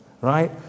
right